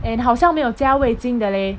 and 好像没有加味精的 leh